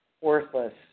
worthless